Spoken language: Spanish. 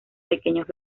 pequeños